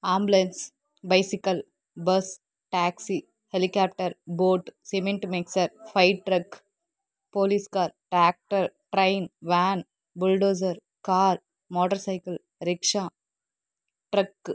ambulance bicycle bus taxi helicopter boat cement mixer fire truck police car tractor train van bulldozer car motorcycle rickshaw truck